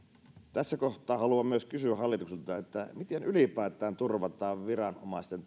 tässä kohtaa haluan myös kysyä hallitukselta miten ylipäätään turvataan viranomaisten